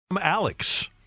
Alex